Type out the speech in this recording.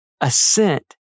assent